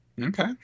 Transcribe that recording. Okay